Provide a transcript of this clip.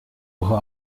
woche